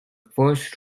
first